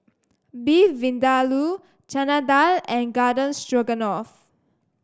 Beef Vindaloo Chana Dal and Garden Stroganoff